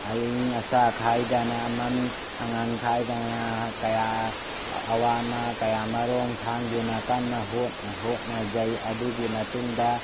ꯑꯏꯪ ꯑꯁꯥ ꯈꯥꯏꯗꯅ ꯑꯃꯝ ꯑꯉꯥꯟ ꯈꯥꯏꯗꯅ ꯀꯌꯥ ꯑꯋꯥ ꯑꯅꯥ ꯀꯌꯥ ꯃꯔꯨꯝ ꯈꯥꯡꯗꯨꯅ ꯀꯟꯅ ꯍꯣꯠꯅꯖꯩ ꯑꯗꯨꯒꯤ ꯃꯇꯨꯡꯗ